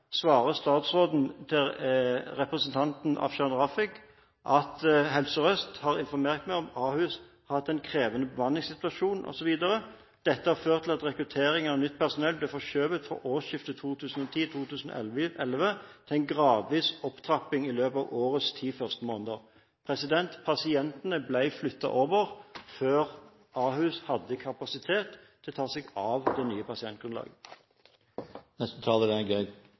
svarer statsråden til representanten Afshan Rafiq at Helse Sør-Øst «har informert meg om at Ahus har hatt en krevende bemanningssituasjon». Og videre: «Dette har ført til at rekrutteringen av nytt personell ble forskjøvet fra årsskiftet 2010/2011 til en gradvis opptrapping i løpet av årets ti første måneder.» Pasientene ble flyttet over før Ahus hadde kapasitet til å ta seg av det nye